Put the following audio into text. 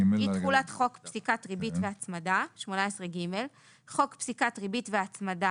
אי־תחולת חוק פסיקת ריבית והצמדה 18ג. חוק פסיקת ריבית והצמדה,